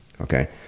okay